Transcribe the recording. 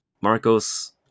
Marcos